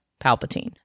Palpatine